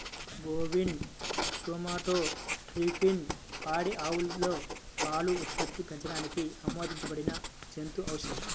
bovine somatotropin పాడి ఆవులలో పాల ఉత్పత్తిని పెంచడానికి ఆమోదించబడిన జంతు ఔషధం